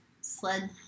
sled